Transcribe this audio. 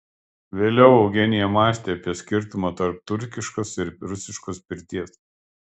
vėliau eugenija mąstė apie skirtumą tarp turkiškos ir rusiškos pirties